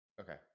Okay